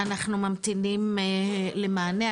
אנחנו ממתינים למענה,